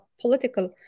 political